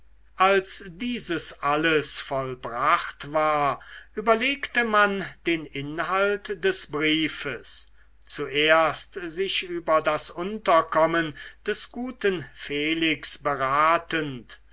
als dieses alles vollbracht war überlegte man den inhalt des briefes zuerst sich über das unterkommen des guten felix beratend